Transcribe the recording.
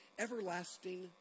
Everlasting